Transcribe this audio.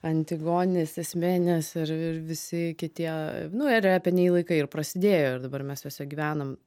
antigonės esmė nes ir ir visi kitie nu ir epiniai laikai ir prasidėjo ir dabar mes juose gyvenam